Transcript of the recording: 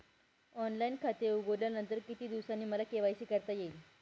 Online खाते उघडल्यानंतर किती दिवसांनी मला के.वाय.सी करता येईल?